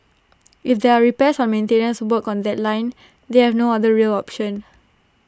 if there are repairs or maintenance work on that line they have no other rail option